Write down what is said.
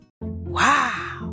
Wow